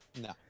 No